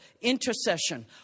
intercession